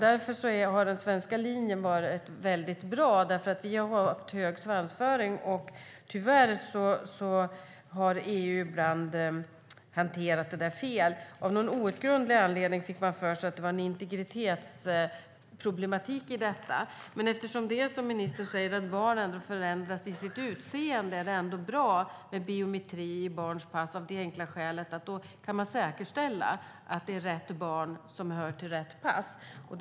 Därför har den svenska linjen varit bra, för vi har haft hög svansföring. Tyvärr har EU hanterat det fel. Av någon outgrundlig anledning fick man för sig att det var en integritetsproblematik i detta. Som ministern säger förändras barns utseende. Det är därför bra med biometri i barns pass för att kunna säkerställa att barn och pass hör ihop.